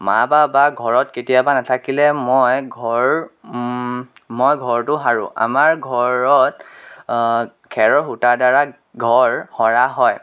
মা বা বা ঘৰত কেতিয়াবা নেথাকিলে মই ঘৰ মই ঘৰটো সাৰোঁ আমাৰ ঘৰত খেৰৰ সোঁতাৰ দ্বাৰা ঘৰ সৰা হয়